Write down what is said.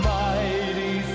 mighty